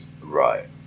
right